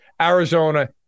Arizona